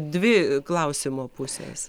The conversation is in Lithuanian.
dvi klausimo pusės